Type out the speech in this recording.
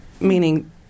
Meaning